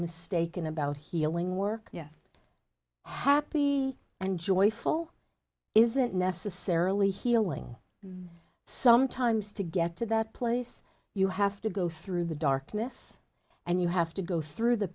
mistaken about healing work happy and joyful isn't necessarily healing sometimes to get to that place you have to go through the darkness and you have to go through the